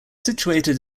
situated